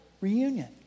reunion